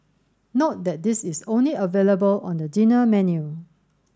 note that this is only available on the dinner menu